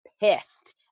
pissed